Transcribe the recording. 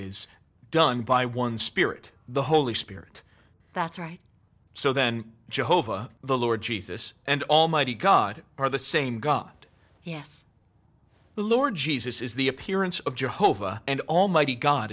is done by one spirit the holy spirit that's right so then jehovah the lord jesus and almighty god are the same god yes the lord jesus is the appearance of jehovah and almighty god